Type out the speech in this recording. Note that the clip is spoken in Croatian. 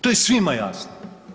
To je svima jasno.